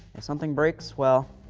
if something breaks, well,